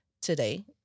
today